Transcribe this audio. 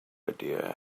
idea